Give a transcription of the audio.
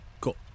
cool